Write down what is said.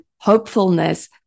hopefulness